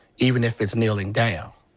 even if it's kneeling down.